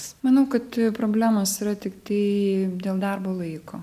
manau kad problemos yra tiktai dėl darbo laiko